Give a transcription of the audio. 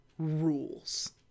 rules